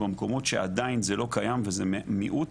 במקומות שעדיין זה לא קיים וזה מיעוט